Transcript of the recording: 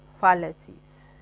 fallacies